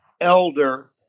Elder